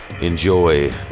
Enjoy